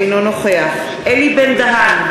אינו נוכח אלי בן-דהן,